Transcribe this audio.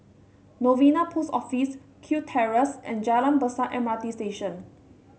Novena Post Office Kew Terrace and Jalan Besar M R T Station